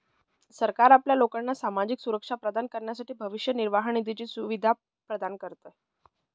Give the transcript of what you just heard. सरकार आपल्या लोकांना सामाजिक सुरक्षा प्रदान करण्यासाठी भविष्य निर्वाह निधीची सुविधा प्रदान करते